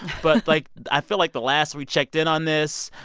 but, like, i feel like the last we checked in on this,